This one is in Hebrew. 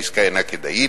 העסקה אינה כדאית,